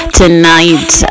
tonight